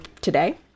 today